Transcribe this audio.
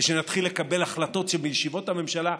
ושנתחיל לקבל החלטות בישיבות הממשלה.